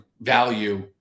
value